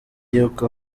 y’uko